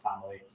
family